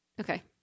Okay